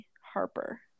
Harper